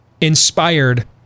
inspired